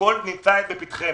הכול נמצא לפתחכם.